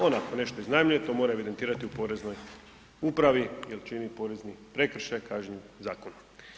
On ako nešto iznajmljuje, to mora evidentirati u Poreznoj upravi jer čini porezni prekršaj kažnjiv zakonom.